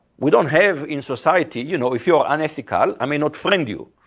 we don't have in society, you know if you're unethical, i may not friend you.